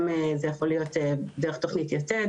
גם זה יכול להיות דרך תוכנית יתד